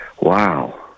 Wow